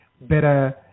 better